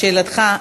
לשאלתך,